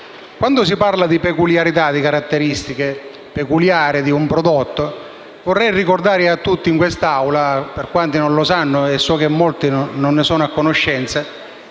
Quando si parla di peculiarità, di caratteristiche tipiche di un prodotto, vorrei ricordare a tutti in questa Aula, per quanti non lo sanno - so che molti non ne sono a conoscenza